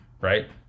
Right